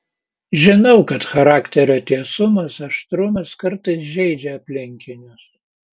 žinau kad charakterio tiesumas aštrumas kartais žeidžia aplinkinius